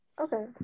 Okay